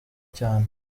cyane